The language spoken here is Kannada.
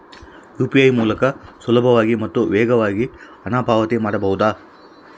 ಯು.ಪಿ.ಐ ಮೂಲಕ ಸುಲಭವಾಗಿ ಮತ್ತು ವೇಗವಾಗಿ ಹಣ ಪಾವತಿ ಮಾಡಬಹುದಾ?